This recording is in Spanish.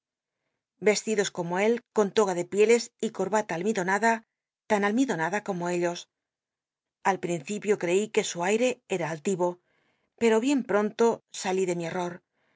vestidos como él con toga de pieles y corbata almidonada tan almidonada como ellos al principio creí que su aire era alti o pero bien pronto sali de mi er